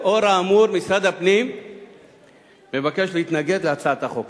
לאור האמור משרד הפנים מבקש להתנגד להצעת החוק.